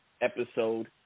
episode